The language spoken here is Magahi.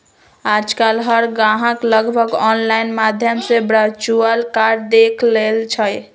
आजकल हर ग्राहक लगभग ऑनलाइन माध्यम से वर्चुअल कार्ड देख लेई छई